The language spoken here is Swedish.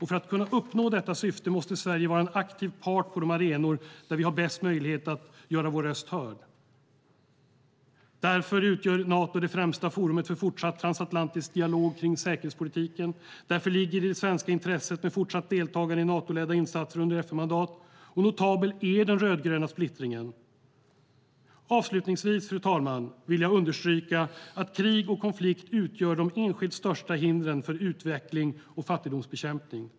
För att kunna uppnå detta syfte måste Sverige vara en aktiv part på de arenor där vi har bäst möjlighet att göra vår röst hörd. Därför utgör Nato det främsta forumet för fortsatt transatlantisk dialog kring säkerhetspolitik. Därför ligger det i svenskt intresse med fortsatt deltagande i Natoledda insatser under FN-mandat. Notabel är den rödgröna splittringen. Avslutningsvis, fru talman, vill jag understryka att krig och konflikt utgör de enskilt största hindren för utveckling och fattigdomsbekämpning.